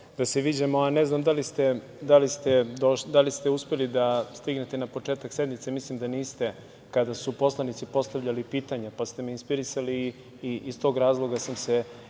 da se viđamo, a ne znam da li ste uspeli da stignete na početak sednice, mislim da niste, kada su poslanici postavljali pitanja, pa ste me inspirisali i iz tog razloga sam se